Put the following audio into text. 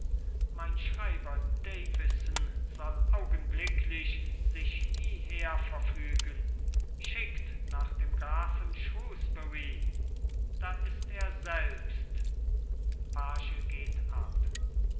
mein schreiber davison soll augenblicklich sich hieherverfügen schickt nach dem grafen shrewsbury da ist er selbst page geht ab